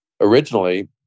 Originally